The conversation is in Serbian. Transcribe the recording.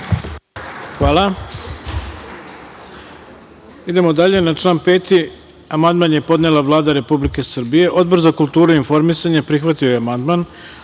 Hvala. Idemo dalje. Na član 5. amandman je podnela Vlada Republike Srbije. Odbor za kulturu i informisanje prihvatio je amandman,